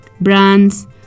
brands